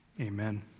amen